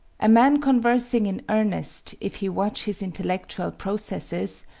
a man conversing in earnest, if he watch his intellectual processes,